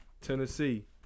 Tennessee